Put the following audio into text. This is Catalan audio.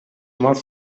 molt